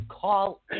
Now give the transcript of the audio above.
call